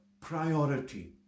priority